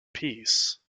peace